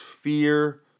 fear